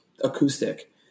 acoustic